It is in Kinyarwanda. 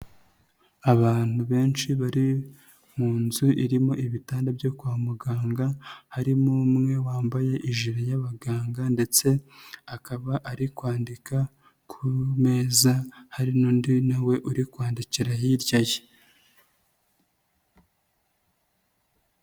Abantu benshi bari mu nzu irimo ibitanda byo kwa muganga harimo umwe wambaye ijire y'abaganga ndetse akaba ari kwandika ku meza, hari n'undi na we uri kwandikira hirya ye.